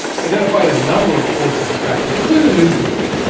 identified a number of forces and factors, including the news media,